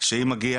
שאם מגיע